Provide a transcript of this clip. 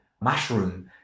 mushroom